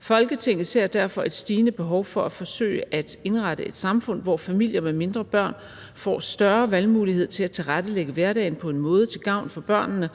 Folketinget ser derfor et stigende behov for at forsøge at indrette et samfund, hvor familier med mindre børn får større valgmuligheder til at tilrettelægge hverdagen på en måde, der er til gavn for børnene